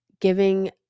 giving